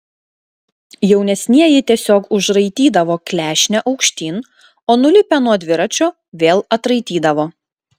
jaunesnieji tiesiog užraitydavo klešnę aukštyn o nulipę nuo dviračio vėl atraitydavo